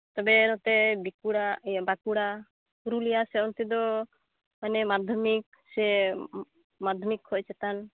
ᱛᱚᱵᱮ ᱱᱚᱛᱮ ᱵᱮᱸᱠᱩᱲᱟ ᱵᱟᱸᱠᱩᱲᱟ ᱯᱩᱨᱩᱞᱤᱭᱟᱹ ᱥᱮᱫ ᱚᱱᱛᱮ ᱫᱚ ᱢᱟᱱᱮ ᱢᱟᱫᱽᱫᱷᱚᱢᱤᱠ ᱥᱮ ᱢᱟᱫᱽᱫᱷᱚᱢᱤᱠ ᱠᱷᱚᱱ ᱪᱮᱛᱟᱱ